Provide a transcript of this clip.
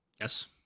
yes